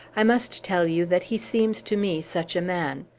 i must tell you that he seems to me such a man.